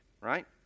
right